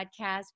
podcast